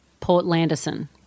Portlanderson